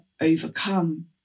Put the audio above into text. overcome